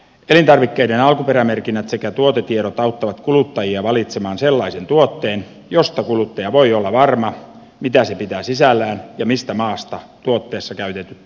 elintarvikkeiden alkuperämerkinnät sekä tuotetiedot auttavat kuluttajia valitsemaan sellaisen tuotteen josta kuluttaja voi olla varma mitä se pitää sisällään ja mistä maasta tuotteessa käytetyt elintarvikkeet tulevat